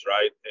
Right